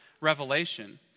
Revelation